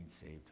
saved